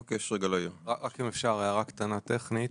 רק אם אפשר הערה קטנה טכנית.